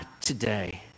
today